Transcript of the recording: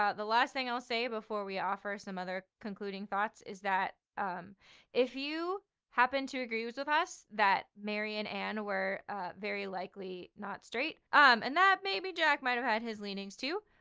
ah the last thing i'll say before we offer some other concluding thoughts is that um if you happen to agree with with us that mary and anne were ah very likely not straight, um and that maybe jack might've had his leanings to,